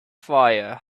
fire